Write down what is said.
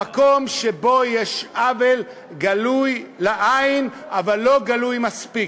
במקום שבו יש עוול גלוי לעין אבל לא גלוי מספיק.